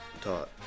taught